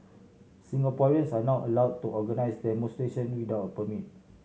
Singaporeans are now allowed to organise demonstration without a permit